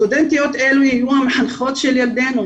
סטודנטיות אלה יהיו המחנכות של ילדינו